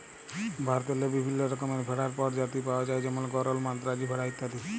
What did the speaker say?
ভারতেল্লে বিভিল্ল্য রকমের ভেড়ার পরজাতি পাউয়া যায় যেমল গরল, মাদ্রাজি ভেড়া ইত্যাদি